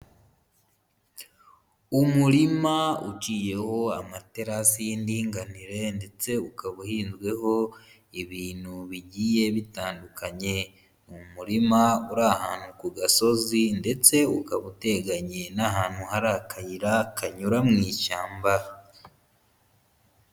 Umurima uciyeho amaterasi y'indinganire ndetse ukaba uhinzweho ibintu bigiye bitandukanye, ni umurima uri ahantu ku gasozi ndetse ukaba uteganye n'ahantu hari akayira kanyura mu ishyamba.